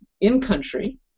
in-country